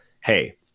Hey